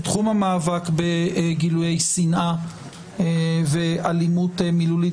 בתחום המאבק בגילויי שנאה ואלימות מילולית